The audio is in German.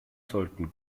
sollten